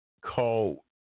call